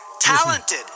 talented